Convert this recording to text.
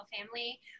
family